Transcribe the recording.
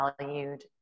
valued